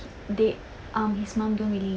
date um his mom don't really